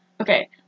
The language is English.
Okay